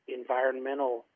environmental